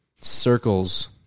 circles